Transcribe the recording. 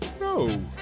No